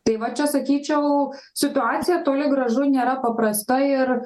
tai va čia sakyčiau situacija toli gražu nėra paprasta ir